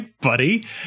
buddy